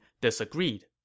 disagreed